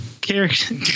character